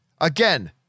Again